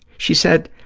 she said,